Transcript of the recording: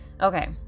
Okay